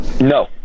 No